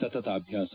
ಸತತ ಅಭ್ಯಾಸ